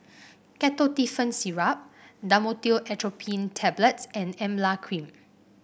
Ketotifen Syrup Dhamotil Atropine Tablets and Emla Cream